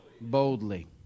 Boldly